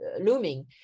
looming